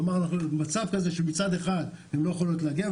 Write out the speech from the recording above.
כלומר המצב הוא שמצד אחד הן לא יכולות להגיע,